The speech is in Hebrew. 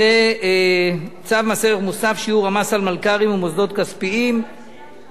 וצו מס ערך מוסף (שיעור המס על מלכ"רים ומוסדות כספיים) (תיקון),